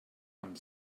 amb